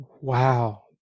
Wow